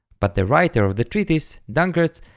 but the writer of the treatise, danckerts,